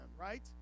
right